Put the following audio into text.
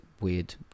weird